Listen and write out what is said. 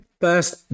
first